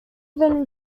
even